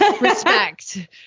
respect